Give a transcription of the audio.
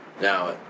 Now